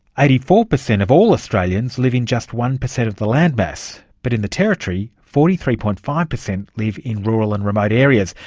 eighty-four per cent of all australians live in just one per cent of the land mass, but in the territory forty three. five per cent live in rural and remote areas,